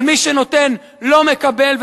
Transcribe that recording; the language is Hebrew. אבל מי שנותן לא מקבל,